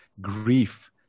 grief